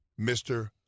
Mr